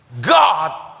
God